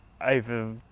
over